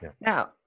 Now